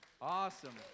Awesome